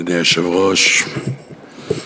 אדוני היושב-ראש,